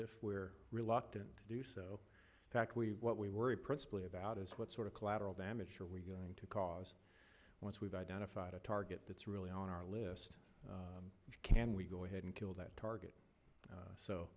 if we're reluctant to do so in fact we what we worry principally about is what sort of collateral damage are we going to cause once we've identified a target that's really on our list can we go ahead and kill that target